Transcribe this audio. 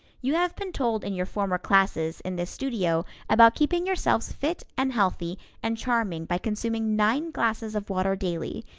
you have been told in your former classes in this studio about keeping yourselves fit and healthy and charming by consuming nine glasses of water daily,